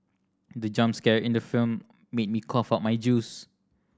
the jump scare in the film made me cough out my juice